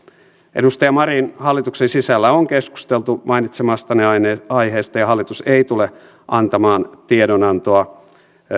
edustaja marin hallituksen sisällä on keskusteltu mainitsemastanne aiheesta aiheesta ja hallitus ei tule antamaan tiedonantoa